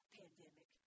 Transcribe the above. pandemic